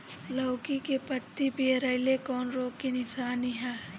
लौकी के पत्ति पियराईल कौन रोग के निशानि ह?